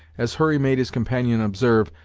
as hurry made his companion observe,